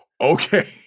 okay